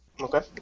Okay